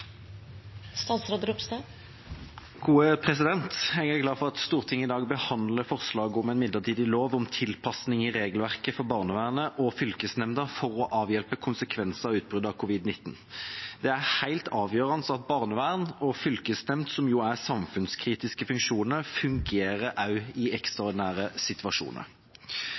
glad for at Stortinget i dag behandler forslaget om en midlertidig lov om tilpasning i regelverket for barnevernet og fylkesnemnda for å avhjelpe konsekvenser av utbruddet av covid-19. Det er helt avgjørende at barnevern og fylkesnemnd, som jo er samfunnskritiske funksjoner, fungerer også i ekstraordinære situasjoner.